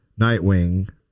Nightwing